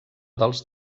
dels